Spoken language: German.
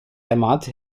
ermahnte